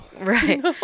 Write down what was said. right